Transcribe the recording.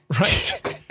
right